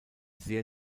sehr